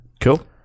cool